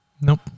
nope